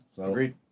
Agreed